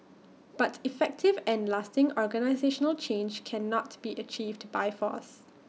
but effective and lasting organisational change cannot be achieved by force